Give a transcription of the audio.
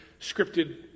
scripted